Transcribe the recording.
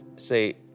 say